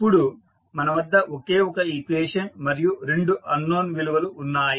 ఇప్పుడు మన వద్ద ఒకే ఒక ఈక్వేషన్ మరియు రెండు అన్ నోన్ విలువలు ఉన్నాయి